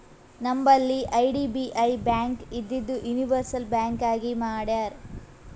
ನಂಬಲ್ಲಿ IDBI bank ಇದ್ದಿದು universal bank ಆಗಿ ಮಾಡ್ಯಾರ್